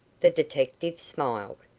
the detective smiled.